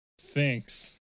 Thanks